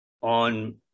on